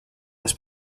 les